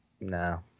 No